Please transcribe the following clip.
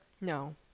No